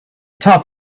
top